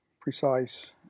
precise